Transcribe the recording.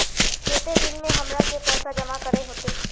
केते दिन में हमरा के पैसा जमा करे होते?